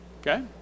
Okay